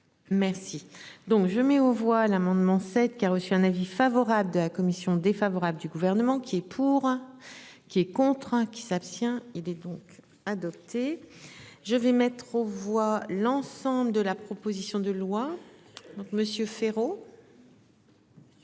Merci donc je mets aux voix l'amendement qui a reçu un avis favorable de la commission défavorable du gouvernement qui. Pour. Qui est contraint qui s'abstient. Il est donc adopté. Je vais mettre aux voix l'ensemble de la proposition de loi. Donc Monsieur Féraud.